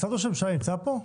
משרד ראש הממשלה נמצא פה?